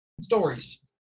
stories